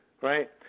right